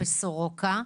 בסורוקה,